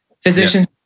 Physicians